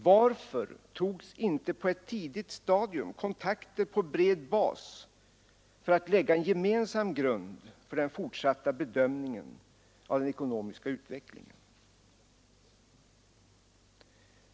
Varför togs inte på ett tidigt stadium kontakter på bred bas för att lägga en gemensam grund för den fortsatta bedömningen av den ekonomiska utvecklingen?